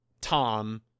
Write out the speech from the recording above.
Tom